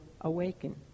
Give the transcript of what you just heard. awaken